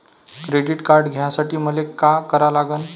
Credit card घ्यासाठी मले का करा लागन?